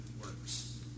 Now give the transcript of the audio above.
works